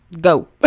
go